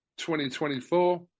2024